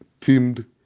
themed